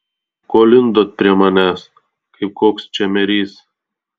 ko lindot prie manęs kaip koks čemerys